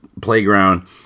playground